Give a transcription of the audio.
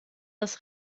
das